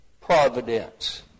providence